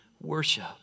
worship